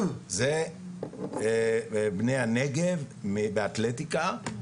זה בני הנגב, באתלטיקה,